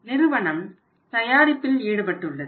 நிறுவனம் தயாரிப்பில் ஈடுபட்டுள்ளது